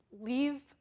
leave